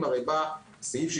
הרבה אנשים עוברים דירות,